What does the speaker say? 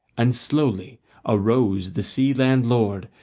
and slowly arose the sea-land lord,